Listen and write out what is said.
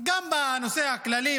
גם בנושא הכללי,